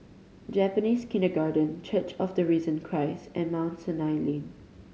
Japanese Kindergarten Church of the Risen Christ and Mount Sinai Lane